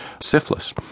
syphilis